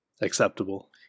acceptable